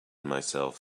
myself